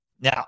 now